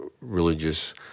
religious